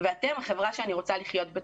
ואתם החברה שאני רוצה לחיות בתוכה.